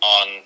on